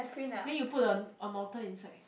then you put a a mountain inside